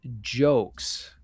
jokes